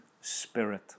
spirit